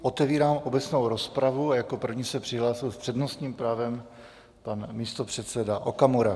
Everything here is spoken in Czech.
Otevírám obecnou rozpravu a jako první se přihlásil s přednostním právem pan místopředseda Okamura.